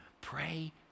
Pray